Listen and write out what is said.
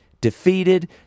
defeated